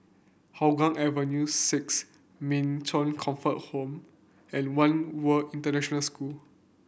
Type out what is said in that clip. Hougang Avenue Six Min Chong Comfort Home and One World International School